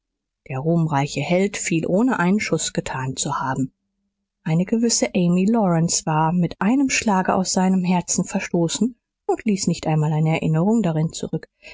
der ruhmreiche held fiel ohne einen schuß getan zu haben eine gewisse amy lawrence war mit einem schlage aus seinem herzen verstoßen und ließ nicht einmal eine erinnerung darin zurück